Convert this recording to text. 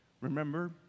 Remember